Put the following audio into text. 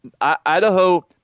Idaho